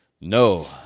No